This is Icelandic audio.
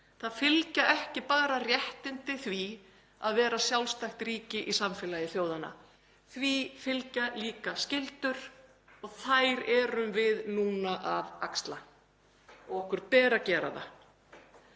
Það fylgja ekki bara réttindi því að vera sjálfstætt ríki í samfélagi þjóðanna. Því fylgja líka skyldur og þær erum við að axla og okkur ber að gera það.